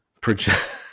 Project